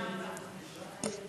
ומרכזי הורות, יעבור לוועדת זכויות הילד.